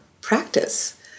practice